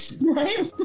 Right